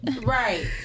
Right